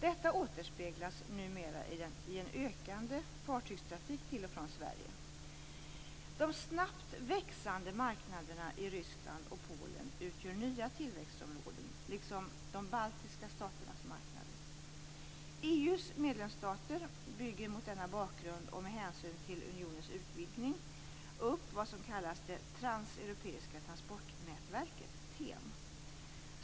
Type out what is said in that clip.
Detta återspeglas numera i en ökande fartygstrafik till och från Sverige. De snabbt växande marknaderna i Ryssland och Polen utgör nya tillväxtområden liksom de baltiska staternas marknader. EU:s medlemsstater bygger mot denna bakgrund och med hänsyn till unionens utvidgning upp vad som kallas det transeuropeiska transportnätverket, TEN.